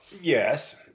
yes